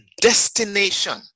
destination